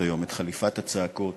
היום את חליפת הצעקות